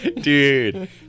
Dude